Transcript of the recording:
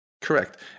correct